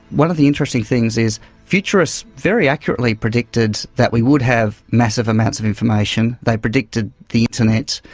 one of the interesting things is futurists very accurately predicted that we would have massive amounts of information. they predicted the internet.